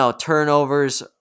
turnovers